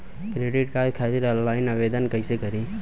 Credit card खातिर online आवेदन कइसे करि?